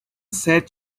said